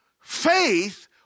faith